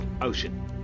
Ocean